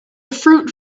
fruit